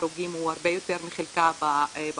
ההרוגים הוא הרבה יותר מחלקה באוכלוסייה.